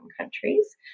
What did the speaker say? countries